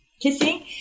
Kissing